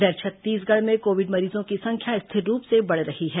इधर छत्तीसगढ़ में कोविड मरीजों की संख्या स्थिर रूप से बढ़ रही है